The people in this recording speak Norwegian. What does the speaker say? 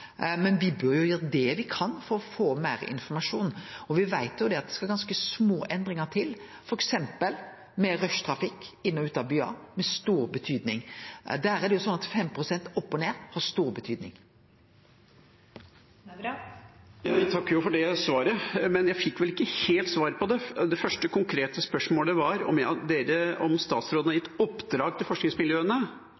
men me bør gjere det me kan for å få meir informasjon. Me veit at det skal ganske små endringar til, f.eks. i rushtrafikken inn og ut av byar, der 5 pst. opp og ned får stor betyding. Jeg takker for det svaret, men jeg fikk vel ikke helt svar. Det første spørsmålet var om statsråden har gitt oppdrag til forskningsmiljøene. Jeg betviler at oppdraget er gitt; jeg tror de har